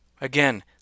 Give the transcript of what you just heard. again